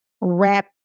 wrap